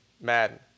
Madden